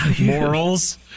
morals